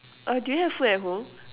uh do you have food at home